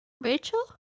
rachel